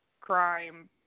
crime